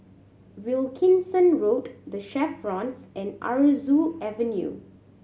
Wilkinson Road The Chevrons and Aroozoo Avenue